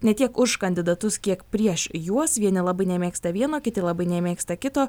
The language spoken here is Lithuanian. ne tiek už kandidatus kiek prieš juos vieni labai nemėgsta vieno kiti labai nemėgsta kito